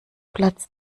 platz